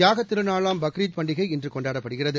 தியாகத் திருநாளாம் பக்ரித் பண்டிகை இன்று கொண்டாடப்படுகிறது